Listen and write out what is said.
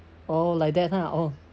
oh like that ah oh